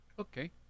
Okay